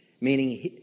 Meaning